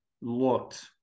looked –